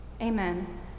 Amen